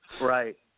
Right